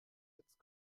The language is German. jetzt